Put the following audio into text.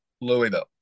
Louisville